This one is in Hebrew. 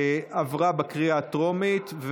עברה בקריאה הטרומית,